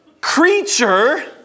creature